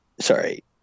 Sorry